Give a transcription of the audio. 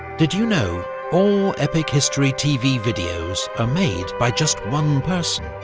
did you know all epic history tv videos are made by just one person?